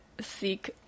seek